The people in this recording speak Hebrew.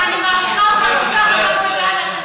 תשמע, אני מעריכה אותך, ועדת החינוך.